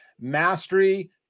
Mastery